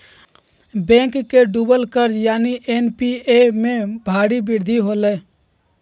bank के डूबल कर्ज यानि एन.पी.ए में भारी वृद्धि होलय